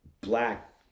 Black